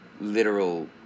literal